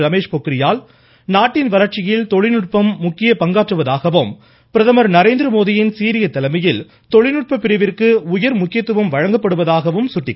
ரமேஷ் பொக்ரியால் நாட்டின் வளர்ச்சியில் தொழில்நுட்பம் முக்கிய பங்காற்றுவதாகவும் பிரதமர் நரேந்திரமோடியின் சீரிய தலைமையில் தொழில்நுட்ப பிரிவிற்கு உயர் முக்கியத்துவம் வழங்கப்படுவதாகவும் சுட்டிக்காட்டினார்